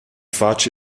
fatg